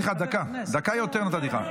נתתי לך דקה, דקה יותר נתתי לך.